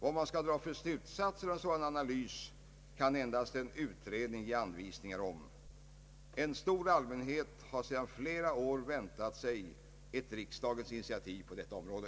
Vad man skall dra för slutsatser av en sådan analys kan endast en utredning visa. En stor allmänhet har sedan flera år väntat sig ett riksdagens initiativ på detta område.